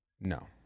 No